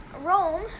Rome